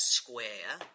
square